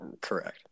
correct